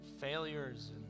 failures